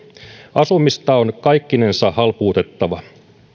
asumista on kaikkinensa halpuutettava